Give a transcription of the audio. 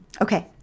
Okay